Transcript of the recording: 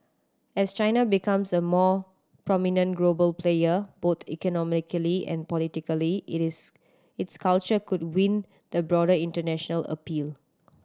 as China becomes a more prominent global player both economically and politically it is its culture could win the broader international appeal